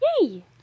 Yay